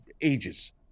ages